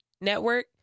Network